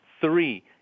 Three